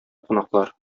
кунаклар